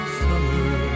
summer